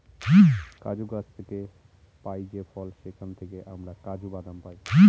কাজু গাছ থেকে পাই যে ফল সেখান থেকে আমরা কাজু বাদাম পাই